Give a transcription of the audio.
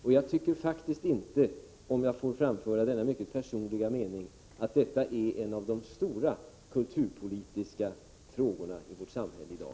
Om jag får framföra denna mycket personliga mening, tycker jag faktiskt inte att detta är en av de stora kulturpolitiska frågorna i vårt samhälle i dag.